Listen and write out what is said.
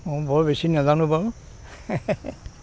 মোৰ বৰ বেছি নাজানো বাৰু